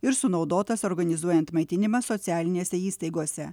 ir sunaudotas organizuojant maitinimą socialinėse įstaigose